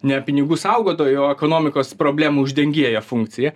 ne pinigų saugotojo o ekonomikos problemų uždengėjo funkciją